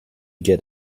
get